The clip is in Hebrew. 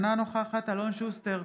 אינה נוכחת אלון שוסטר,